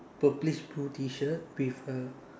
purplish T shirt with a